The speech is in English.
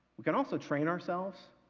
we can also train ourselves,